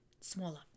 smaller